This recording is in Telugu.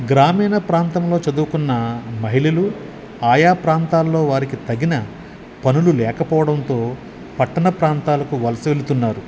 గ్రామీణ ప్రాంతంలో చదువుకున్న మహిళలు ఆయా ప్రాంతాలలో వారికి తగిన పనులు లేకపోవడంతో పట్టణ ప్రాంతాలకు వలస వెళుతున్నారు